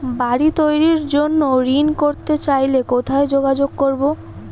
বাড়ি তৈরির জন্য ঋণ করতে চাই কোথায় যোগাযোগ করবো?